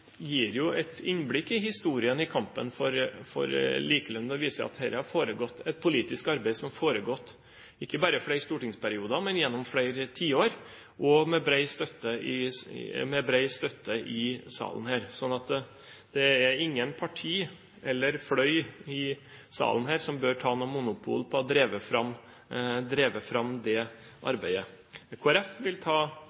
gir jo et innblikk i historien om kampen for likelønn. Det viser at det er et politisk arbeid som har foregått ikke bare i flere stortingsperioder, men gjennom flere tiår og med bred støtte i salen her. Så det er ingen partier eller fløy her i salen som bør ta monopol på å ha drevet fram det